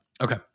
okay